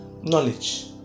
knowledge